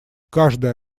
каждый